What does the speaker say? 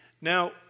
Now